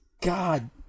God